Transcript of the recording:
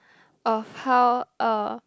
of how uh